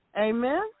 Amen